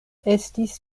estis